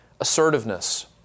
Assertiveness